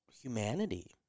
humanity